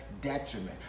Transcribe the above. detriment